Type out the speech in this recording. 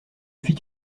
fit